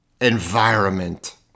Environment